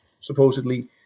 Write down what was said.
supposedly